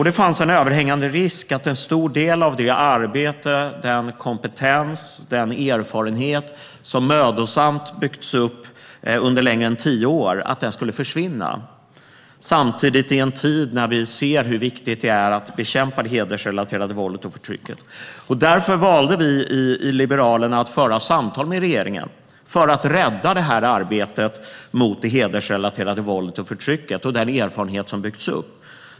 Det fanns en överhängande risk att en stor del av det arbete, den kompetens och den erfarenhet som mödosamt byggts upp under mer än tio år skulle försvinna, i en tid när vi ser hur viktigt det är att bekämpa det hedersrelaterade våldet och förtrycket. Därför valde vi i Liberalerna att föra samtal med regeringen för att rädda arbetet mot det hedersrelaterade våldet och förtrycket och den erfarenhet som byggts upp.